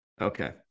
Okay